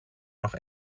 noch